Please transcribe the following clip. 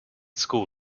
school